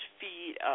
feed